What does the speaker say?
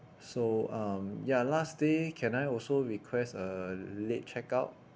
so um ya last day can I also request a late check out